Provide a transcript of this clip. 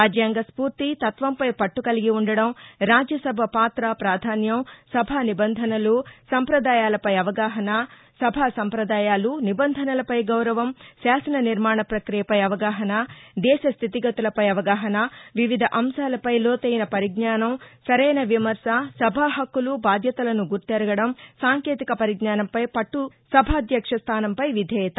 రాజ్యాంగ స్పూర్తి తత్వంపై పట్టుకలిగి ఉండడం రాజ్యసభ పాత పాధాన్యం సభా నిబంధనలు సంపదాయాలపై అవగాహన సభా సంప్రదాయాలు నిబంధనలపై గౌరవం శాసన నిర్మాణ ప్రక్రియపై అవగాహన దేశ స్థితిగతులపై అవగాహన వివిధ అంశాలపై లోతైన పరిజ్ఞానం సరైన విమర్భ సభా హక్కులు బాధ్యతలను గుర్తెరగడం సాంకేతిక పరిజ్ఞానంపై పట్టు సభాధ్యక్ష స్థానంపై విధేయత